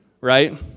Right